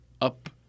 up